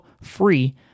free